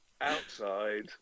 outside